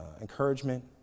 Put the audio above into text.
encouragement